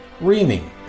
reaming